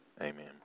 Amen